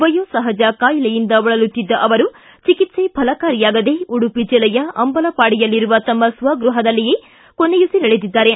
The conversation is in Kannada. ವಯೋಸಹಜ ಕಾಯಿಲೆಯಿಂದ ಬಳಲುತ್ತಿದ್ದ ಅವರಿಗೆ ಚಿಕಿತ್ಸೆ ಫಲಕಾರಿಯಾಗದೆ ಉಡುಪಿ ಜಿಲ್ಲೆಯ ಅಂಬಲಪಾಡಿಯಲ್ಲಿರುವ ತಮ್ಮ ಸ್ವಗೃಹದಲ್ಲಿಯೇ ಕೊನೆಯುಸಿರೆಳೆದಿದ್ದಾರೆ